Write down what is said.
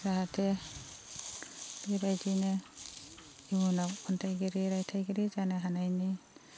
जाहाथे बेबायदिनो इयुनाव खन्थाइगिरि रायथायगिरि जानो हानायनि